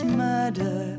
murder